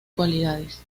cualidades